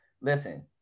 listen